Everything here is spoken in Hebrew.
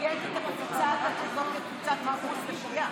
מתרגם את הקבוצה הזאת כקבוצת ייחוס לפגיעה.